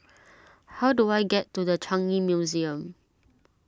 how do I get to the Changi Museum